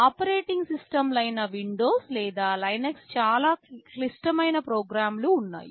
operating system లైనా Windows లేదా Linux చాలా క్లిష్టమైన ప్రోగ్రాములు ఉన్నాయి